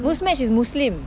Muzmatch is muslim